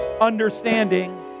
understanding